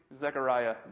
Zechariah